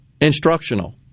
instructional